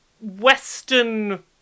western